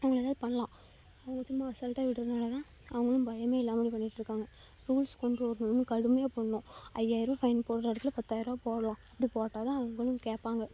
அவங்கள எதாவது பண்ணலாம் அவங்க சும்மா அசால்ட்டாக விடுறதுனால தான் அவங்களும் பயமே இல்லாமல் இப்படி பண்ணிவிட்டு இருக்காங்க ரூல்ஸ் கொண்டு வரணும் இன்னும் கடுமையாக பண்ணும் ஐயாயரூவா ஃபைன் போடுற இடத்துல பத்தாயரூவா போடலாம் அப்படி போட்டால் தான் அவங்களும் கேட்பாங்க